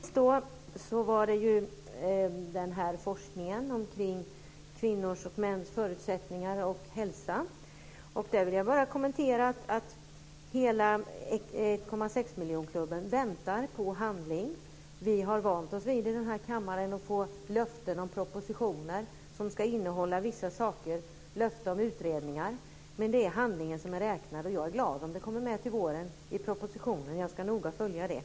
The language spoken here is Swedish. Fru talman! Inledningsvis handlade det om forskningen om kvinnors och mäns förutsättningar och hälsa. Där vill jag bara kommentera att hela 1,6 miljonersklubben väntar på handling. Vi har i denna kammare vant oss vid att få löften om propositioner som ska innehålla vissa saker, bl.a. löften om utredningar. Men det är handling som räknas. Och jag är glad om det kommer med till våren i propositionen. Jag ska noga följa det.